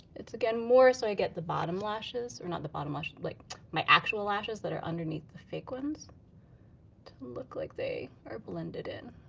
it's again more so to get the bottom lashes, or not the bottom lashes, like my actual lashes that are underneath the fake ones to look like they are blended in,